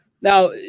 Now